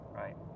right